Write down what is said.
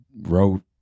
wrote